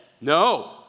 No